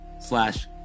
slash